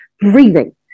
breathing